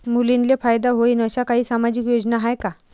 मुलींले फायदा होईन अशा काही सामाजिक योजना हाय का?